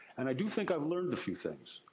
and, i do think i have learned a few things.